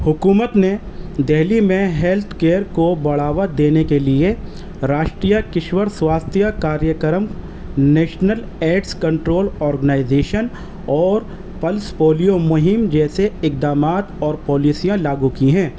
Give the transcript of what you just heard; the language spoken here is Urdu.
حکومت نے دہلی میں ہیلتھ کیئر کو بڑھاوا دینے کے لیے Rashtriya Kishor Swasthya Karyakram national AIDS control organisation اور پلس پولیو مہم جیسے اکدامات اور پالیسیاں لاگو کی ہیں